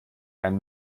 ein